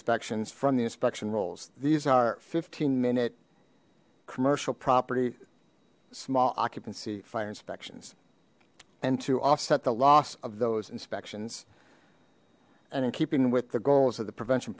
inspections from the inspection rolls these are fifteen minute commercial property small occupancy fire inspections and to offset the loss of those inspections and in keeping with the goals of the prevention